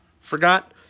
forgot